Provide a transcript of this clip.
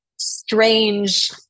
strange